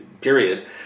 period